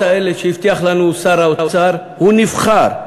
ההבטחות האלה שהבטיח לנו שר האוצר הוא נבחר,